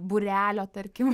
būrelio tarkim